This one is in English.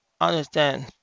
understand